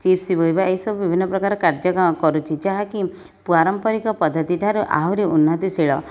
chips ବୋହିବା ଏହିସବୁ ବିଭିନ୍ନପ୍ରକାର କାର୍ଯ୍ୟ କରୁଛି ଯାହାକି ପାରମ୍ପରିକ ପଦ୍ଧତିଠାରୁ ଆହୁରି ଉନ୍ନତିଶୀଳ